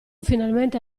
finalmente